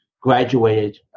graduated